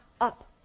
up